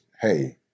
hey